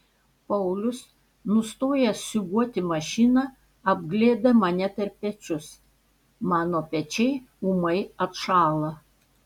paulius nustojęs siūbuoti mašiną apglėbia mane per pečius mano pečiai ūmai atšąla